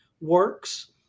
works